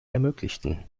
ermöglichten